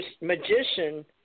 magician